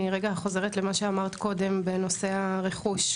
אני רגע חוזרת למה שאמרת קודם בנושא הרכוש,